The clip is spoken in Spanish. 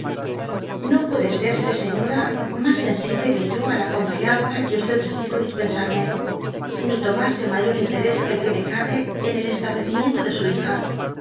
ivo puede serse señora mas sensible qne yo i la confianza que se sirve dispensarme ni tck marse mayor interés que el que me cabe en el establecimiento de su hija